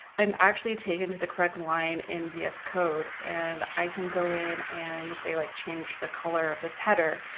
i'm actually taken to the correct line in vs code and i can go in and let's say like change the color of this header.